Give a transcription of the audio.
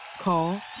Call